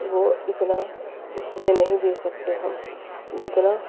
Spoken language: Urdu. وہ اتنا اس میں نہیں دے سکتے ہم جتنا